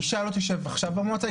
אם אשה לא תשב עכשיו במועצה,